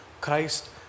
Christ